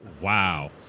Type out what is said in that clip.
Wow